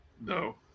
no